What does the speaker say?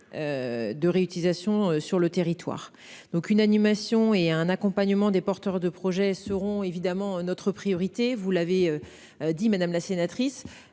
De réutilisation sur le territoire d'aucune animation et un accompagnement des porteurs de projets seront évidemment notre priorité, vous l'avez. Dit madame la sénatrice.